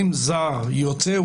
אם זר יוצא,